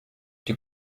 die